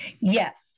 Yes